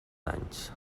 danys